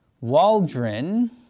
Waldron